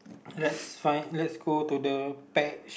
let's find let's go to the pet shop